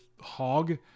hog